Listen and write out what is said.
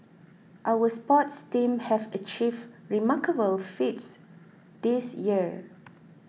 our sports teams have achieved remarkable feats this year